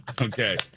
Okay